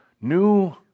New